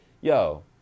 Yo